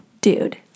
dude